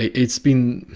it's been,